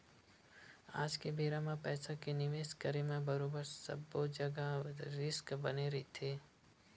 आज के बेरा म पइसा के निवेस करे म बरोबर सब्बो जघा रिस्क बने रहिथे